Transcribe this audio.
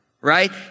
right